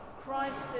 Christ